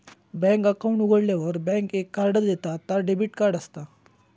bank account उघाडल्यार bank एक card देता ता डेबिट कार्ड असता